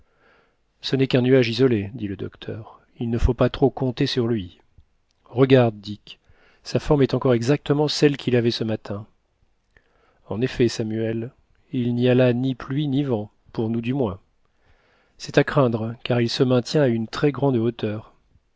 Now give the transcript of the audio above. ce n'est qu'un nuage isolé dit le docteur il ne faut pas trop compter sur lui regarde dick sa forme est encore exactement celle qu'il avait ce matin en effet samuel il n'y a là ni pluie ni vent pour nous du moins c'est à craindre car il se maintient à une très grande hauteur